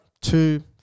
two